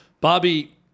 bobby